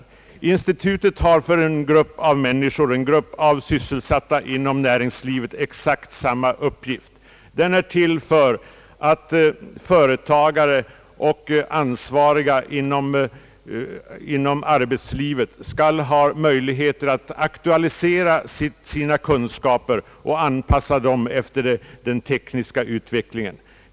Hantverksinstitutet har exakt samma uppgift för en grupp av sysselsatta inom näringslivet. Institutet är i första hand till för att företagare och personer i ansvarig ställning inom arbetslivet skall ha möjlighet att aktualisera sina kunskaper och anpassa dem efter den tekniska utvecklingen.